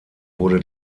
wurde